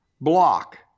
block